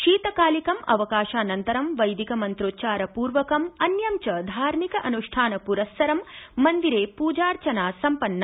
शीतकालिकं अवकाशानन्तरं वैदिक मंत्रोच्चारपूर्वकं अन्यं च धार्मिक अनुष्ठानपुरस्सरं मंदिरे पूजा अर्चना सम्पन्ना